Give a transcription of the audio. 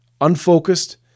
unfocused